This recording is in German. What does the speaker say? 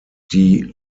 die